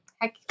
heck